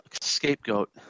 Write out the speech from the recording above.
scapegoat